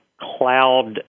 cloud